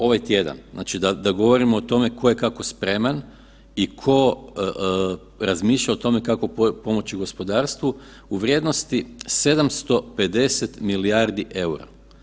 Ovaj tjedan, znači da govorimo o tome tko je kako spreman i tko razmišlja o tome kako pomoći gospodarstvu u vrijednosti 750 milijardi eura.